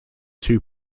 two